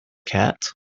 cat